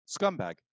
Scumbag